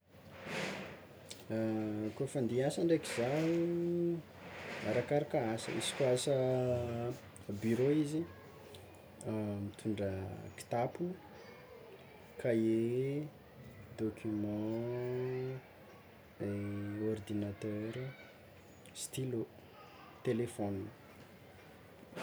Kôfa ande hiasa ndraiky zah, arakaraka asa, izy koa asa burô izy mitondra kitapo, kahie, document, ny ordinateur, stylo, telefôna.